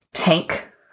tank